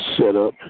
setup